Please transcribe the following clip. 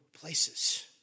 places